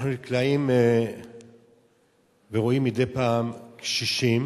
אנחנו נקלעים ורואים מדי פעם קשישים